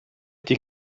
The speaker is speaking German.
die